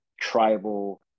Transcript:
tribal